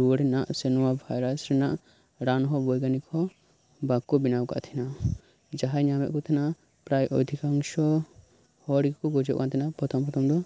ᱨᱩᱭᱟᱹ ᱨᱮᱱᱟᱜ ᱥᱮ ᱱᱚᱣᱟ ᱵᱷᱟᱭᱨᱟᱥ ᱨᱮᱱᱟᱜ ᱨᱟᱱ ᱦᱚᱸ ᱵᱳᱭᱜᱟᱱᱤᱠ ᱦᱚᱸ ᱵᱟᱠᱚ ᱵᱮᱱᱟᱣ ᱟᱠᱟᱫ ᱛᱟᱦᱮᱱᱟ ᱡᱟᱦᱟᱭ ᱧᱟᱢᱮᱫ ᱠᱚ ᱛᱟᱦᱮᱱᱟ ᱯᱮᱨᱟᱭ ᱚᱫᱷᱤᱠᱟᱝᱥᱚ ᱦᱚᱲ ᱜᱮᱠᱚ ᱜᱚᱡᱚᱜ ᱠᱟᱱ ᱛᱟᱦᱮᱱᱟ ᱯᱚᱨᱛᱷᱚᱢ ᱯᱚᱨᱛᱷᱚᱢ ᱫᱚ